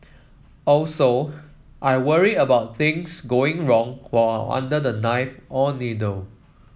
also I worry about things going wrong while I'm under the knife or needle